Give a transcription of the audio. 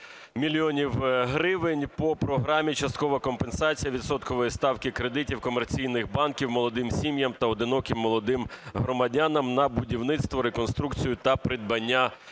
мільйонів гривень по програмі "Часткова компенсація відсоткової ставки кредитів комерційних банків молодим сім'ям та одиноким молодим громадянам на будівництво (реконструкцію) та придбання